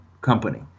company